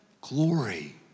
glory